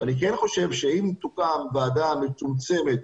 אני חושב שאם תוקם ועדה מצומצמת,